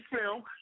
film